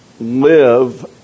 live